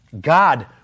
God